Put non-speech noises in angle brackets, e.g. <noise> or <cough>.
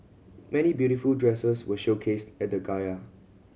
many beautiful dresses were showcased at the <unintelligible>